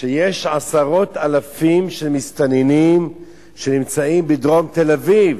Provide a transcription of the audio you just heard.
שיש עשרות אלפים של מסתננים שנמצאים בדרום תל-אביב.